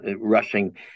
rushing